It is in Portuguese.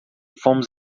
fomos